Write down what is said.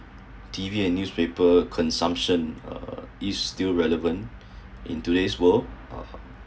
T_V and newspaper consumption uh is still relevant in today's world uh